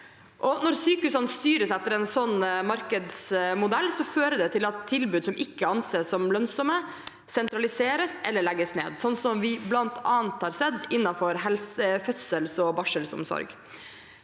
Når sykehusene styres etter en sånn markedsmodell, fører det til at tilbud som ikke anses som lønnsomme, sentraliseres eller legges ned – som vi bl.a. har sett innenfor fødsels- og barselomsorg.